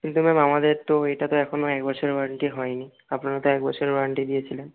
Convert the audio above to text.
কিন্তু ম্যাম আমাদের তো এটা তো এখনও এক বছরের ওয়ারান্টি হয়নি আপনারা তো এক বছরের ওয়ারান্টি দিয়েছিলেন